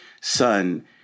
son